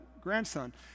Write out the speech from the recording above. grandson